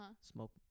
Smoke